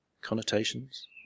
connotations